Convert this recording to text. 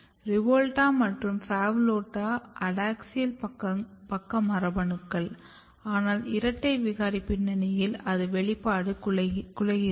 REVOLUTA மற்றும் PHAVOLUTA adaxial பக்க மரபணுக்கள் ஆனால் இரட்டை விகாரி பின்னணியில் அதன் வெளிப்பாடு குலைக்கிறது